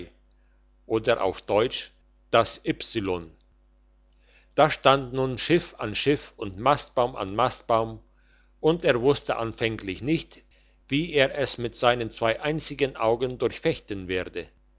oder auf deutsch das ypsilon da stand nun schiff an schiff und mastbaum an mastbaum und er wusste anfänglich nicht wie er es mit seinen zwei einzigen augen durchfechten werde